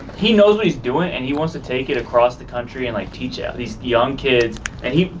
he knows what he's doing and he wants to take it across the country and like teach yeah these young kids and he,